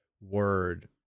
word